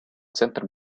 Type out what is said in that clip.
центр